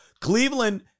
Cleveland